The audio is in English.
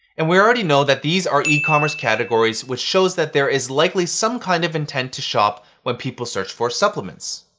and we already know that these are ecommerce categories, which shows that there is likely some kind of intent to shop when people search for supplements.